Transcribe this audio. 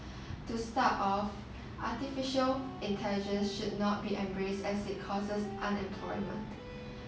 to start off artificial intelligence should not be embraced as it causes unemployment